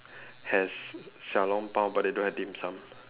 has xiao-long-bao but they don't have dim-sum